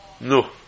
no